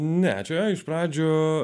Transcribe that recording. net jei iš pradžių